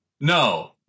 No